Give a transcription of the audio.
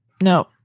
No